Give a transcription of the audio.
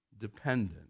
dependent